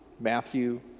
Matthew